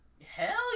Hell